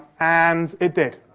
and it did.